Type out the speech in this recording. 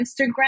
Instagram